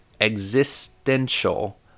existential